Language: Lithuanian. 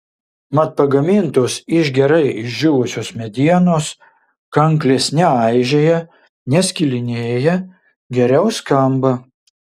mat pagamintos iš gerai išdžiūvusios medienos kanklės neaižėja neskilinėja geriau skamba